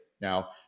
Now